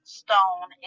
stone